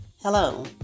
Hello